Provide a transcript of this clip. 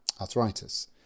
arthritis